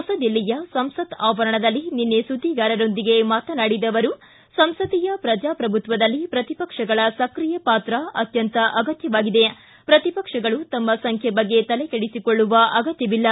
ಹೊಸದಿಲ್ಲಿಯ ಸಂಸತ್ ಸ ಆವರಣದಲ್ಲಿ ನಿನ್ನೆ ಸುದ್ದಿಗಾರರೊಂದಿಗೆ ಮಾತನಾಡಿದ ಅವರು ಸಂಸದೀಯ ಪ್ರಜಾಪ್ರಭುತ್ವದಲ್ಲಿ ಪ್ರತಿಪಕ್ಷಗಳ ಸಕ್ರಿಯ ಪಾತ್ರ ಅತ್ಯಂತ ಅಗತ್ಯ ಪ್ರತಿಪಕ್ಷಗಳು ತಮ್ಮ ಸಂಖ್ಯೆ ಬಗ್ಗೆ ತಲೆಕೆಡಿಸಿಕೊಳ್ಳುವ ಅಗತ್ಯವಿಲ್ಲ